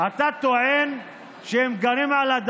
נו?